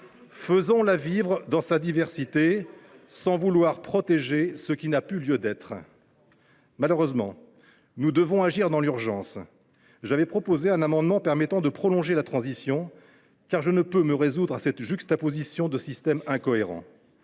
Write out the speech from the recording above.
Faisons la vivre dans sa diversité sans vouloir protéger ce qui n’a plus lieu d’être ! Malheureusement, nous devons agir dans l’urgence. J’avais défendu en commission un amendement visant à prolonger la période de transition, car je ne pouvais me résoudre à cette juxtaposition de systèmes incohérents.